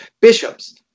bishops